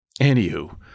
Anywho